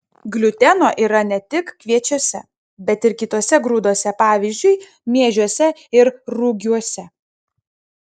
gliuteno yra ne tik kviečiuose bet ir kituose grūduose pavyzdžiui miežiuose ir rugiuose